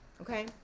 okay